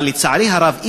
אבל לצערי הרב,